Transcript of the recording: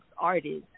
artists